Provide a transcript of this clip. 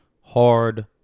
hard